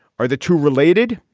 are the two related?